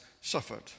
suffered